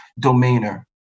domainer